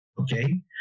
Okay